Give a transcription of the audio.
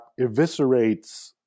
eviscerates